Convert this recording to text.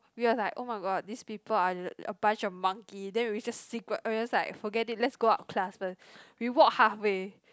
we were like oh-my-god these people are a bunch of monkey then we just secret oh we like just forget it let's go up class first we walk half way